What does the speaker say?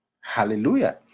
Hallelujah